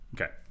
Okay